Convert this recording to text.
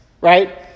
right